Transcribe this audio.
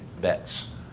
bets